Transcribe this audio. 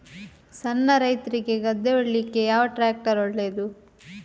ಸಣ್ಣ ರೈತ್ರಿಗೆ ಗದ್ದೆ ಉಳ್ಳಿಕೆ ಯಾವ ಟ್ರ್ಯಾಕ್ಟರ್ ಒಳ್ಳೆದು?